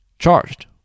charged